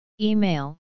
Email